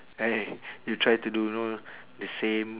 eh you try to do you know the same